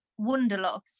wonderlust